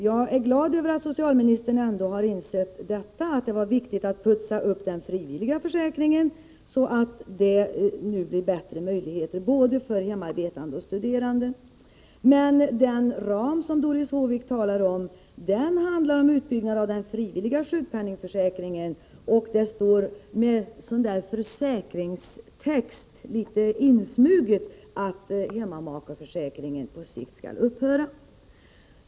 Jag är glad över att socialministern ändå har insett, att det var viktigt att ”putsa upp” den frivilliga försäkringen så att det nu blir bättre möjligheter för både hemmaarbetande och studerande. Men den ”ram”, som Doris Håvik talade om, handlar om utbyggnaden av den frivilliga sjukpenningförsäkringen. Med ”försäkringstext” står litet insmuget, att hemmamakeförsäkringen på sikt skall upphöra.